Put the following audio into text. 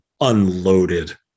unloaded